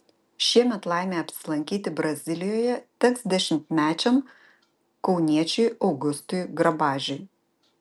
šiemet laimė apsilankyti brazilijoje teks dešimtmečiam kauniečiui augustui grabažiui